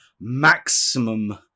maximum